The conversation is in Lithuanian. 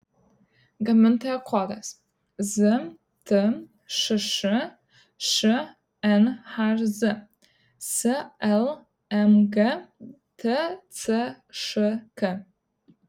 gamintojo kodas ztšš šnhz slmg tcšk